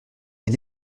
est